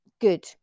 good